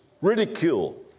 Ridicule